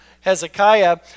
Hezekiah